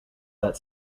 that